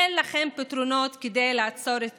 אין לכם פתרונות כדי לעצור את